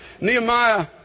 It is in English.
Nehemiah